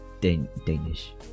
Danish